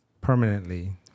permanently